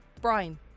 Brian